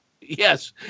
yes